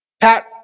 Pat